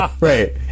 Right